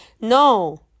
No